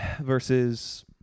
versus